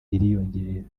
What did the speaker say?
biriyongera